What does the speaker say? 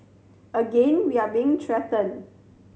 again we are being threatened